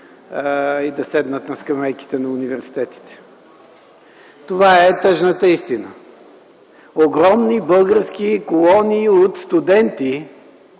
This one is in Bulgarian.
да седнат на скамейките на университетите. Това е тъжната истина - огромни български колонии от студенти